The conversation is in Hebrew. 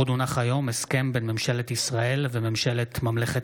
הסכם בין ממשלת ישראל לבין ממשלת ממלכת